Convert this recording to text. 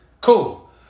cool